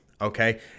Okay